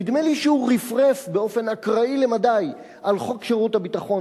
נדמה לי שהוא רפרף באופן אקראי למדי על חוק שירות הביטחון,